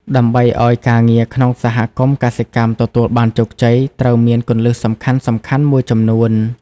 ដើម្បីឲ្យការងារក្នុងសហគមន៍កសិកម្មទទួលបានជោគជ័យ ត្រូវមាន គន្លឹះសំខាន់ៗ មួយចំនួន។